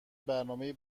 برنامهای